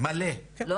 מלא, בהנדסת חשמל.